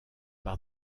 par